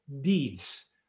deeds